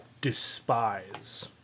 despise